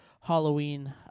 Halloween